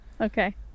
okay